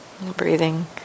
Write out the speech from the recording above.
Breathing